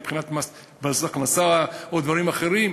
מבחינת מס הכנסה או דברים אחרים.